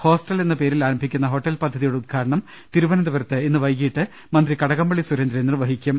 hostel എന്ന എന്ന പേരിൽ ആര്ംഭിക്കുന്ന ഹോട്ടൽ പദ്ധതിയുടെ ഉദ്ഘാടനം തിരുവനന്തപുരത്ത് ഇന്ന് വൈകീട്ട് മന്ത്രി കടകംപള്ളി സുരേന്ദ്രൻ നിർവ്വഹിക്കും